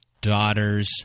daughters